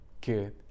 good